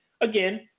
again